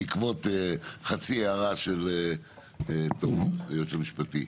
בעקבות חצי הערה של היועץ המשפטי.